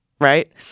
right